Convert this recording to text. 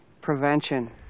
prevention